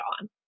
on